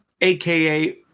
AKA